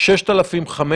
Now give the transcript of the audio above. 6,500